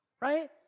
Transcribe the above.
Right